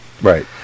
Right